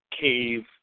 cave